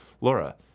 Laura